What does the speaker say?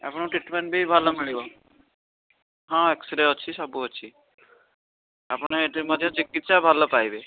ଆପଣ ଟ୍ରିଟମେଣ୍ଟ ବି ଭଲ ମିଳିବ ହଁ ଏକ୍ସ ରେ ଅଛି ସବୁ ଅଛି ଆପଣ ଏଇଠି ମଧ୍ୟ ଚିକିତ୍ସା ଭଲ ପାଇବେ